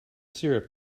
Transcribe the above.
syrup